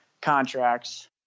contracts